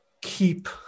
keep